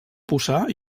posar